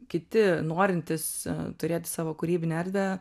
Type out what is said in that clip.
kiti norintys turėti savo kūrybinę erdvę